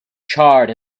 charred